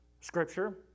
Scripture